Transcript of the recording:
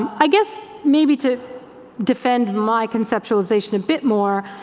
i guess maybe to defend my conceptualization a bit more,